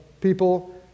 people